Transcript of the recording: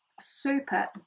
super